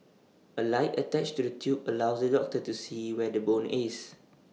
A light attached to the tube allows the doctor to see where the bone is